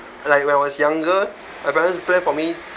like when I was younger my parents plan for me